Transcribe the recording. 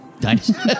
Dinosaur